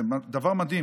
זה דבר מדהים.